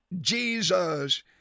Jesus